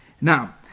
Now